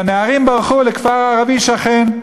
שהנערים ברחו לכפר ערבי שכן.